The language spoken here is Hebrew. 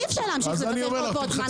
אי אפשר להמשיך לתת עוד זמן.